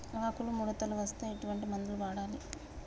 ఆకులు ముడతలు వస్తే ఎటువంటి మందులు వాడాలి?